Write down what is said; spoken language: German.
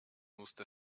musste